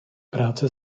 práce